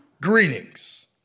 Greetings